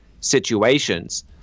situations